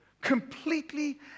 Completely